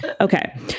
Okay